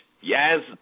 yes